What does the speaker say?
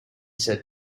said